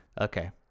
Okay